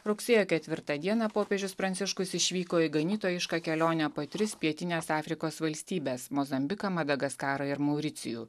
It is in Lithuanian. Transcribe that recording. rugsėjo ketvirtą dieną popiežius pranciškus išvyko į ganytojišką kelionę po tris pietinės afrikos valstybes mozambiką madagaskarą ir mauricijų